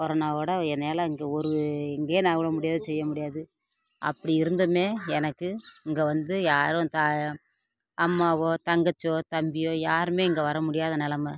கொரோனாவோட என்னால் இங்கே ஒரு எங்கேயும் நகுர முடியாது செய்ய முடியாது அப்படி இருந்தும் எனக்கு இங்கே வந்து யாரு ம் அம்மாவோ தங்கைச்சோ தம்பியோ யாருமே இங்கே வரமுடியாத நிலம